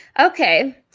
Okay